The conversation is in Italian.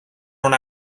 non